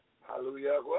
Hallelujah